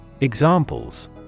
Examples